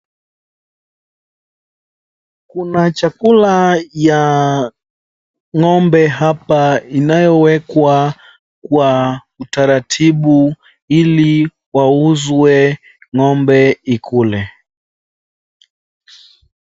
Kuna chakula ya ng'ombe hapa inayowekwa kwa utaratibu ili wauzwe ng'ombe iikule.